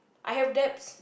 I have debts